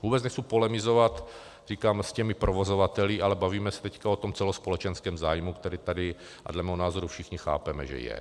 Vůbec nechci polemizovat, říkám, s těmi provozovateli, ale bavíme se teď o tom celospolečenském zájmu, který tady dle mého názoru všichni chápeme, že je.